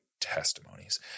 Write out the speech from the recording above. testimonies